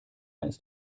ist